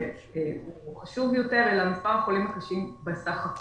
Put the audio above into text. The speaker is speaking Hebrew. הוא חשוב יותר, אלא מספר החולים הקשים בסך הכול.